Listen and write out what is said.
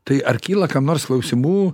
tai ar kyla kam nors klausimų